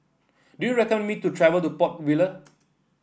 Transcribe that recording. do you recommend me to travel to Port Vila